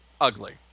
ugly